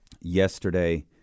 yesterday